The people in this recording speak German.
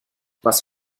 was